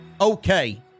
okay